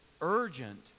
urgent